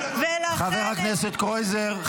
חבר הכנסת קרויזר,